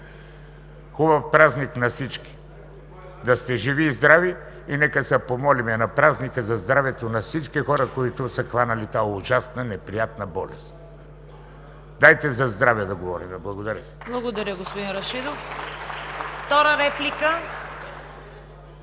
Хубав празник на всички! Да сте живи и здрави! Нека се помолим на празника за здравето на всички хора, които са хванали тази ужасна, неприятна болест! Дайте за здраве да говорим. Благодаря. ПРЕДСЕДАТЕЛ ЦВЕТА КАРАЯНЧЕВА: Благодаря, господин Рашидов. Втора реплика?